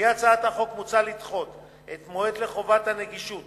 בהצעת החוק מוצע לדחות את המועד לקיום חובת הנגישות